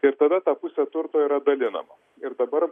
ir tada ta pusė turto yra dalijama ir dabar